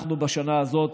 בשנה הזאת,